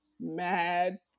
mad